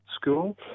school